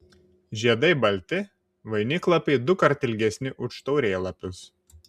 žiedai balti vainiklapiai dukart ilgesni už taurėlapius